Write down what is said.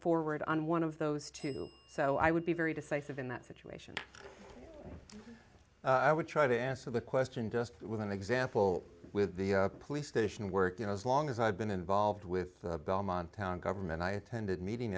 forward on one of those two so i would be very decisive in that situation i would try to answer the question just with an example with the police station working as long as i've been involved with belmont town government i attended meeting